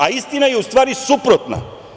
A istina je u stvari suprotna.